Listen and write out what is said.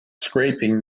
scraping